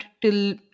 till